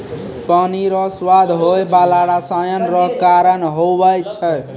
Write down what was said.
पानी रो स्वाद होय बाला रसायन रो कारण हुवै छै